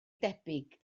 debyg